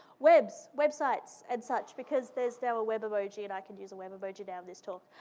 webs, websites and such. because there's now a web emoji, and i can use a web emoji now in this talk.